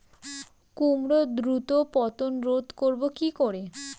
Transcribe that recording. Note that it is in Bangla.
কুমড়োর দ্রুত পতন রোধ করব কি করে?